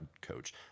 coach